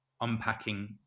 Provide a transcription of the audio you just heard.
unpacking